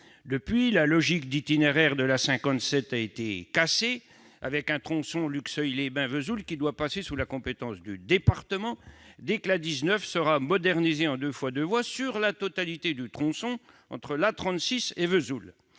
Depuis, la logique d'itinéraire de la RN57 a été cassée, avec un tronçon Luxeuil-les-Bains-Vesoul qui doit passer sous la compétence du département dès que la RN19 sera modernisée en 2x2 voies sur la totalité du tronçon entre l'A36 et Vesoul.